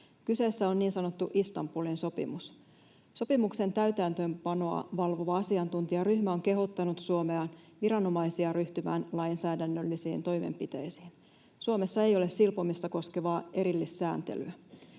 Kyseessä on niin sanottu Istanbulin sopimus. Sopimuksen täytäntöönpanoa valvova asiantuntijaryhmä on kehottanut Suomen viranomaisia ryhtymään lainsäädännöllisiin toimenpiteisiin. Suomessa ei ole silpomista koskevaa erillissääntelyä.